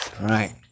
right